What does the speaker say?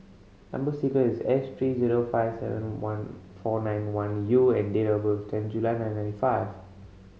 number sequence is S three zero five seven one four nine one U and date of birth is ten July nineteen fifty five